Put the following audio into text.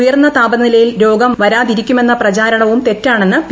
ഉയർന്ന താപനിലയിൽ രോഗം വരാതിരിക്കുമെന്ന പ്രചരണവും തെറ്റാണെന്ന് പി